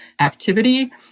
activity